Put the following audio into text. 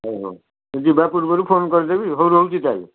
ହେଉ ହେଉ ଯିବା ପୂର୍ବରୁ ଫୋନ୍ କରଦେବି ହେଉ ରହୁଛି ତାହେଲେ